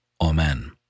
Amen